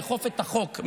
כדי לאכוף את החוק,